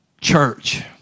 church